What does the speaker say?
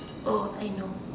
oh I know